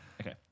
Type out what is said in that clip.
Okay